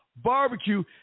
barbecue